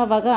ಆವಾಗ